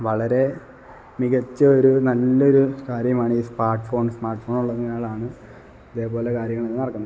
വളരെ മികച്ച ഒരു നല്ല ഒരു കാര്യമാണ് ഈ സ്മാര്ട്ട് ഫോണ് സ്മാര്ട്ട് ഫോണ് ഉള്ളതിനാലാണ് ഇതേ പോലെ കാര്യങ്ങള് ഒക്കെ നടക്കുന്നത്